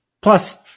plus